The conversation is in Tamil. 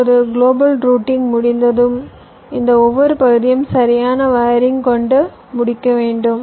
இப்போது கிலோபல் ரூட்டிங் முடிந்ததும் இந்த ஒவ்வொரு பகுதியையும் சரியான வயரிங் கொண்டு முடிக்க வேண்டும்